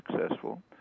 successful